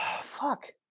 fuck